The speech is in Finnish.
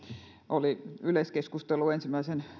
oli yleiskeskustelu ensimmäisen